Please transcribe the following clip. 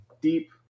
deep